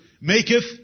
maketh